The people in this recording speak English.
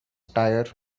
tire